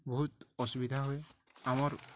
ବହୁତ ଅସୁବିଧା ହୁଏ ଆମର୍